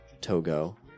Togo